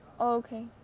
okay